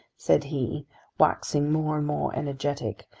said he waxing more and more energetic,